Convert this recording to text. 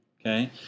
okay